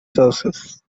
sources